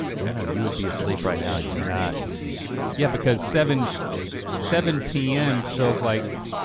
no, no, you would be asleep right now and you're not. yeah yeah because seven seven p m. feels like,